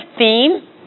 theme